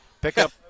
Pickup